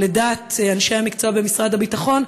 לדעת אנשי המקצוע במשרד הביטחון,